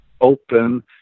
open